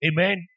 Amen